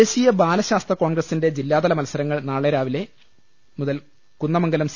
ദേശീയ ബാലശാസ്ത്ര കോൺഗ്രസിന്റെ ജില്ലാതല മത്സരങ്ങൾ നാളെ രാവിലെ മുതൽ കുന്ദമംഗലം സി